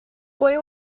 boy